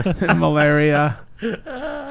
malaria